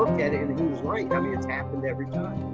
at it, and he was right. i mean, it's happened every time.